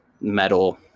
metal